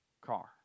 car